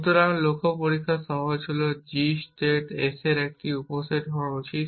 সুতরাং লক্ষ্য পরীক্ষা সহজ হল g স্টেট s এর একটি উপসেট হওয়া উচিত